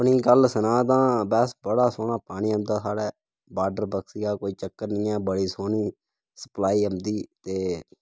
अपनी गल्ल सनां तां अस बड़ा सोह्ना पानी औंदा साढ़ा बाडरबकसिया कोई चक्कर नी ऐ बड़ी सोह्नी सप्लाई औंदी ते